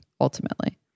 ultimately